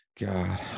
God